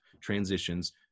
transitions